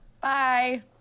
Bye